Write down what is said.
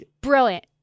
Brilliant